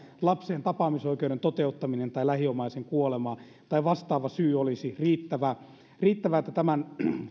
lapsen tapaamisoikeuden toteuttaminen tai lähiomaisen kuolema tai vastaava syy olisi riittävä että tämän